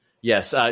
Yes